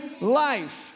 life